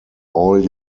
all